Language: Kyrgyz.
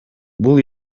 бул